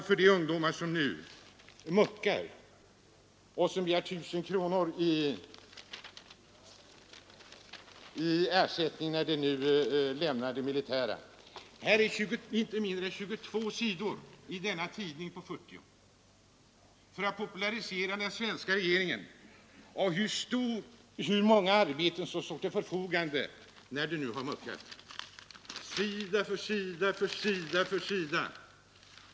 För de ungdomar som begär 1 000 kronor i ersättning när de nu lämnar det militära har man inte mindre än 22 sidor i tidningen Nya Norrland. På 40 sidor söker man popularisera den svenska regeringen. Man talar om hur många arbeten som står till förfogande när de nu har muckat — sida efter sida.